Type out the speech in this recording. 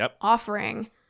offering